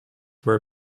were